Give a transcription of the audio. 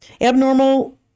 Abnormal